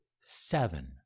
seven